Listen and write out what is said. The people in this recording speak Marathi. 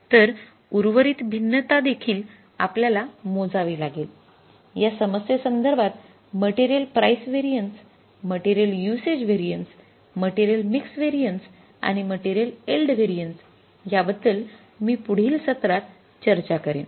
तर उर्वरित भिन्नता देखील आपल्याला मोजावी लागेल या समस्से संदर्भात material price variance material usage variance material mix variance आणि मटेरियल एल्ड व्हेरिएन्स या बद्दल मी पुढील सत्रात चर्चा करेन